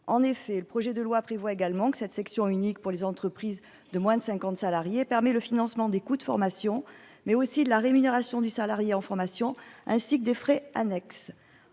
En effet, le projet de loi prévoit également que cette section unique pour les entreprises de moins de 50 salariés permet le financement des coûts de formation, mais aussi de la rémunération du salarié en formation, ainsi que des frais annexes.